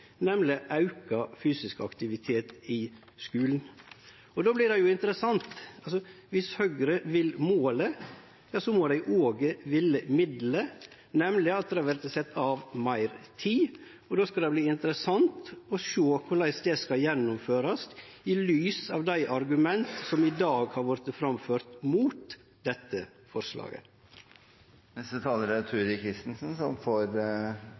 nemleg auka fysisk aktivitet i skulen. Då vert det interessant. Viss Høgre vil målet, ja så må dei òg ville middelet, nemleg at det vert sett av meir tid, og då skal det verte interessant å sjå korleis det skal gjennomførast i lys av dei argument som i dag har vorte framførte mot dette forslaget. Representanten Turid Kristensen har hatt ordet to ganger tidligere og får